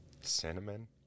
Cinnamon